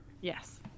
yes